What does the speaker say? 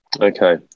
okay